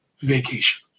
vacation